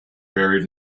buried